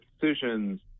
decisions